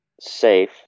safe